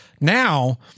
Now